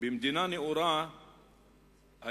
שבמדינה נאורה האזרחים